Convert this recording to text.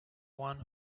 one